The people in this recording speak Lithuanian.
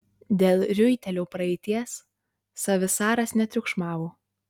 dėl riuitelio praeities savisaras netriukšmavo